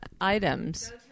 items